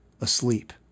asleep